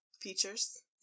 features